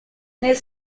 nel